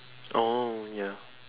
oh ya